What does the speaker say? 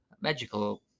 magical